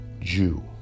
Jew